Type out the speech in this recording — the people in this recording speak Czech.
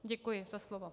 Děkuji za slovo.